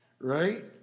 Right